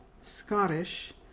Scottish